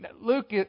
Luke